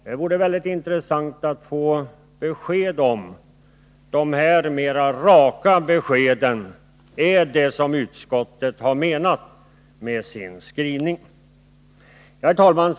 Det vore mycket intressant att få veta om dessa mera raka besked motsvarar vad utskottet har menat med sin skrivning. Herr talman!